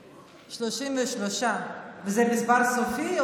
33. וזה מספר סופי?